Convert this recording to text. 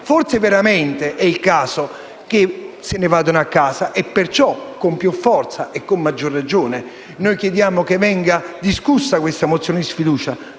forse veramente è il caso che il Governo se ne vada a casa. E perciò, con più forza e a maggior ragione, noi chiediamo che venga discussa la mozione di sfiducia.